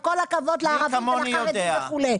עם כל הכבוד לערבים ולחרדים וכו'.